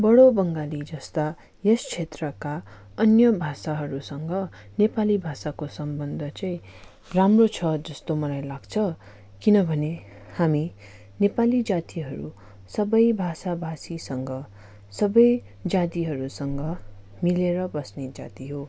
बोडो बङ्गाली जस्ता यस क्षेत्रका अन्य भाषाहरूसँग नेपाली भाषाको सम्बन्ध चाहिँ राम्रो छ जस्तो मलाई लाग्छ किनभने हामी नेपाली जातिहरू सबै भाषा भाषीसँग सबै जातिहरूसँग मिलेर बस्ने जाति हो